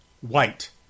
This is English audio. white